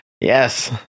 Yes